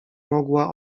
mogła